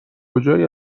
کجایی